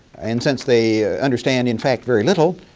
and since they understand, in fact, very little